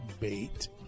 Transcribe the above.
bait